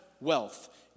wealth